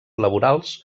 laborals